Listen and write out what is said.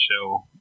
show